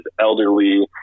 elderly